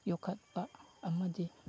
ꯌꯣꯛꯈꯠꯄ ꯑꯃꯗꯤ